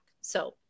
So-